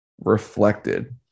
reflected